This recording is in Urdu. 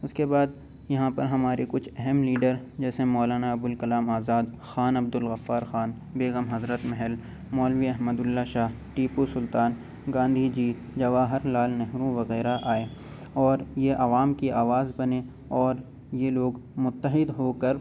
اس کے بعد یہاں پر ہمارے کچھ اہم لیڈر جیسے مولانا ابوالکلام آزاد خان عبد الغفار خان بیگم حضرت محل مولوی احمد اللہ شاہ ٹیپو سلطان گاندھی جی جواہر لال نہرو وغیرہ آئے اور یہ عوام کی آواز بنے اور یہ لوگ متحد ہو کر